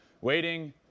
waiting